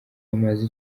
bamaze